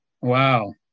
Wow